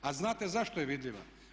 A znate zašto je vidljiva?